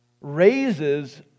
raises